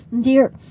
dear